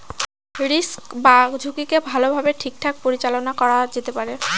risk বা ঝুঁকিকে ভালোভাবে ঠিকঠাক পরিচালনা করা যেতে পারে